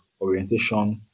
orientation